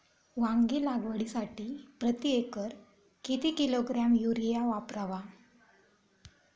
वांगी लागवडीसाठी प्रती एकर किती किलोग्रॅम युरिया वापरावा?